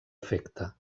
efecte